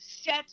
set